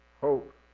hope